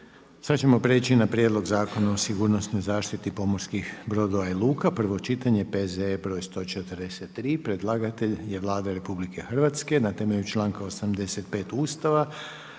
To je prijedlog Zakona o sigurnosnoj zaštiti pomorskih brodova i luka, prvo čitanje P.Z.E. br. 143. Predlagatelj je Vlada Republike Hrvatske. Rasprava je zaključena.